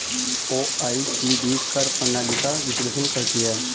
OECD कर प्रणाली का विश्लेषण करती हैं